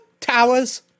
Towers